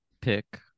pick